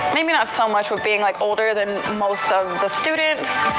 maybe not so much with being like older than most of the students.